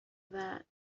that